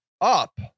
up